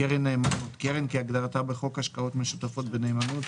"קרן נאמנות" קרן כהגדרתה בחוק השקעות משותפות בנאמנות,